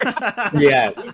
Yes